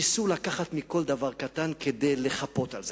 ניסו לקחת מכל דבר קטן כדי לחפות על זה.